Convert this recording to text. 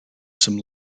some